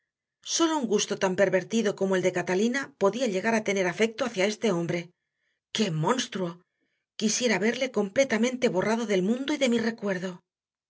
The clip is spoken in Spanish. sólo un gusto tan pervertido como el de catalina podía llegar a tener afecto hacia este hombre qué monstruo quisiera verle completamente borrado del mundo y de mi recuerdo